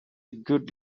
good